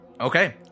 Okay